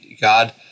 God